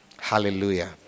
hallelujah